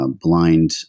blind